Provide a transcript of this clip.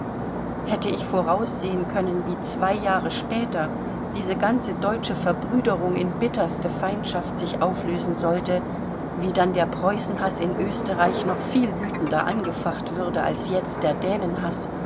hätte ich voraussehen können wie zwei jahre später diese ganze deutsche verbrüderung in bitterste feindschaft sich auflösen sollte wie dann der preußenhaß in österreich noch viel wütender angefacht würde als jetzt der dänenhaß